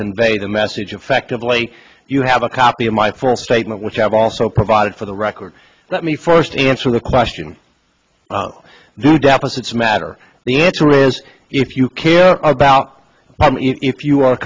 convey the message affectively you have a copy of my full statement which i've also provided for the record let me first answer the question do deficits matter the answer is if you care about if you are